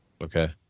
okay